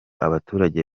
abaturage